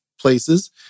places